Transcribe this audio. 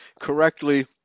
correctly